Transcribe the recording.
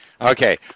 Okay